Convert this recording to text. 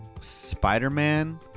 Spider-Man